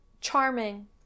Charming